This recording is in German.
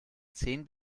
zehn